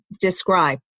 describe